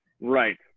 right